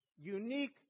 unique